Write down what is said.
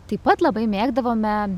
taip pat labai mėgdavome